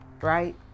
right